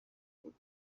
بود